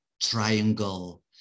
triangle